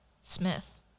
Smith